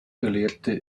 gelehrte